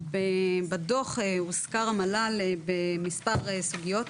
בדוח הוזכר המל"ל במספר סוגיות,